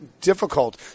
difficult